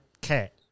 cat